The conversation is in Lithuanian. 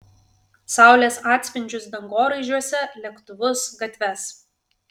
saulės atspindžius dangoraižiuose lėktuvus gatves